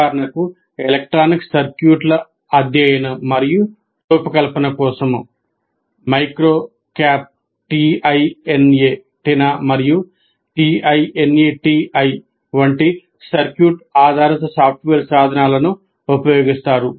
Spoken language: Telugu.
ఉదాహరణకు ఎలక్ట్రానిక్ సర్క్యూట్ల అధ్యయనం మరియు రూపకల్పన కోసం MICROCAP TINA మరియు TINATI వంటి సర్క్యూట్ ఆధారిత సాఫ్ట్వేర్ సాధనాలను ఉపయోగిస్తారు